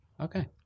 Okay